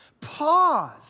pause